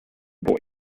voice